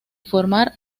formar